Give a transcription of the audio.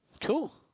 Cool